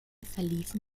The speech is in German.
verliefen